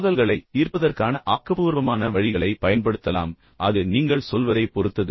மோதல்களைத் தீர்ப்பதற்கான ஆக்கபூர்வமான வழிகளையும் நீங்கள் பயன்படுத்தலாம் ஆனால் நீங்கள் என்ன சொல்கிறீர்கள் என்பதைப் பொறுத்தது